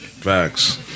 Facts